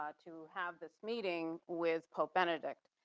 ah to have this meeting with pope benedict.